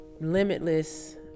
limitless